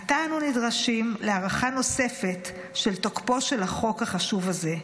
עתה אנו נדרשים להארכה נוספת של תוקפו של החוק החשוב הזה,